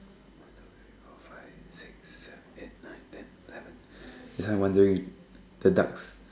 one two three four five six seven eight nine ten eleven I'm wondering the duck